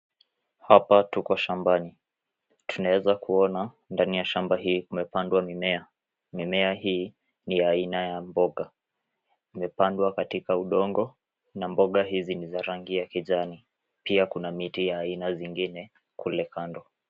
Hapa tuko shambani. Tuneza kuona ndani ya shamba hii kumepandwa mimea. Mimea hii ni ya aina ya mboga. Imepandwa katika udongo na mboga hizi ni za rangi ya kijani. Pia kuna miti ya aina zingine kule kando.